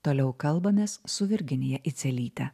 toliau kalbamės su virginija idzelyte